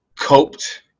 Coped